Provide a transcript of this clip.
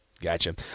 Gotcha